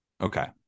Okay